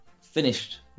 finished